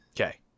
Okay